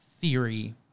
theory